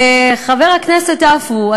חבר הכנסת עפו,